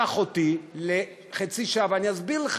קח אותי לחצי שעה ואני אסביר לך,